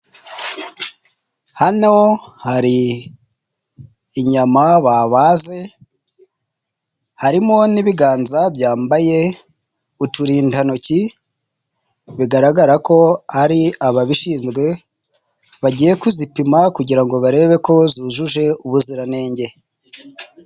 Hano hari inyamaba baze, harimo n'ibiganza byambaye uturindantoki bigaragara ko ari ababishinzwe bagiye kuzipima kugira ngo barebe ko zujuje ubuziranenge.